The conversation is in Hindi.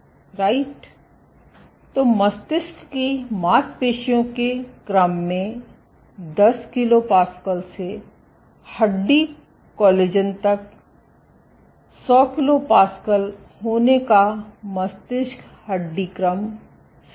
राइट तो मस्तिष्क की मांसपेशियों के क्रम में 10 kPa से हड्डी कोलेजन तक 100 kPa होने का मस्तिष्क हड्डी क्रम 100 kPa है